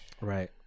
Right